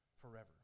forever